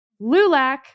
Lulac